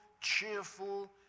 cheerful